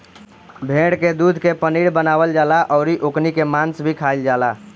भेड़ के दूध के पनीर बनावल जाला अउरी ओकनी के मांस भी खाईल जाला